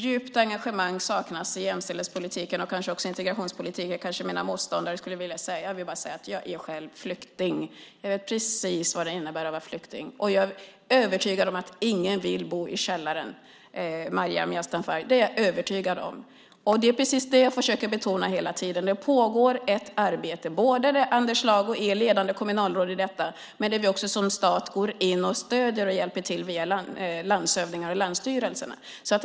Djupt engagemang saknas i jämställdhetspolitiken och kanske också i integrationspolitiken, kanske mina motståndare skulle vilja säga. Jag vill bara säga att jag själv är flykting. Jag vet precis vad det innebär att vara flykting, och jag är övertygad om att ingen vill bo i källaren. Maryam Yazdanfar, det är jag övertygad om. Det är precis det jag försöker betona hela tiden. Det pågår ett arbete. Anders Lago är ledande kommunalråd i detta, men vi går också in som stat och stöder och hjälper via landshövdingar och länsstyrelserna.